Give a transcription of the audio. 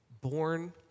born